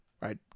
right